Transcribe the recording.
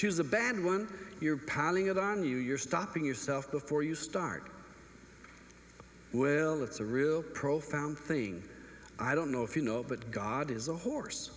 choose a bad one your palette on you you're stopping yourself before you start well that's a real profound thing i don't know if you know it but god is a horse